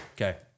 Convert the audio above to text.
Okay